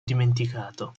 dimenticato